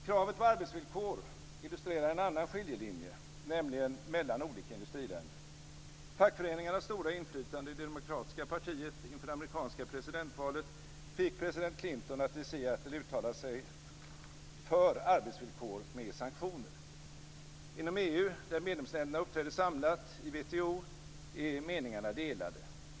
Kravet på arbetsvillor illustrerar en annan skiljelinje, nämligen den mellan olika industriländer. Fackföreningarnas stora inflytande i det demokratiska partiet inför det amerikanska presidentvalet fick president Clinton att i Seattle uttala sig för arbetsvillkor med sanktioner. Inom EU, där medlemsländerna uppträder samlat i WTO-sammanhang, är meningarna delade.